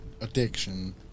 Addiction